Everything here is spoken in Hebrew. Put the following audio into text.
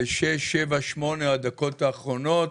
בשש, שבע, שמונה הדקות האחרונות,